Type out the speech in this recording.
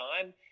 time